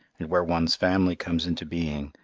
and where one's family comes into being,